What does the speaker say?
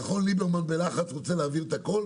נכון ליברמן בלחץ רוצה להעביר את הכול.